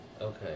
Okay